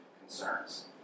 concerns